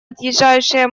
отъезжающая